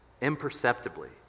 imperceptibly